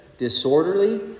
disorderly